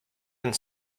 and